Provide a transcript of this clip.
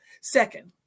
Second